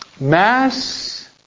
Mass